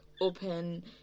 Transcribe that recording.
open